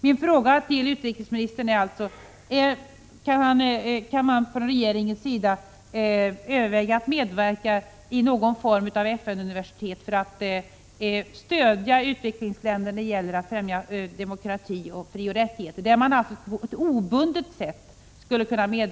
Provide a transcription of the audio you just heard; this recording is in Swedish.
Jag frågar för det första utrikesministern om regeringen kan överväga att på ett obundet sätt medverka i någon form av FN-universitet för att stödja utvecklingsländerna när det gäller att främja demokrati samt mänskliga frioch rättigheter.